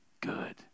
good